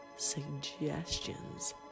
suggestions